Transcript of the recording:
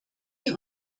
die